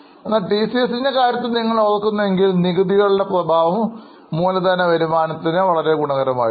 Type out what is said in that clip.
എന്നാൽ ടിസിഎസ് എൻറെ കാര്യത്തിൽ നിങ്ങൾ ഓർക്കുന്നു എങ്കിൽ നികുതികളുടെ പ്രഭാവംമൂലധന വരുമാനത്തിന് വളരെ ഗുണകരമായിരുന്നു